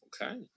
Okay